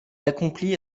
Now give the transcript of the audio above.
accomplit